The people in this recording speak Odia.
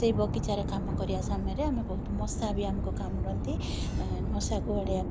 ସେଇ ବଗିଚାରେ କାମ କରିବା ସମୟରେ ଆମେ ବହୁତ ମଶା ବି ଆମକୁ କାମୁଡ଼ନ୍ତି ମଶାକୁ ବାଡ଼େଇବା ପାଇଁ